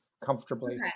comfortably